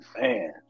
Man